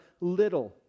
little